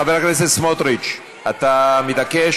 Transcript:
חבר הכנסת סמוטריץ, אתה מתעקש?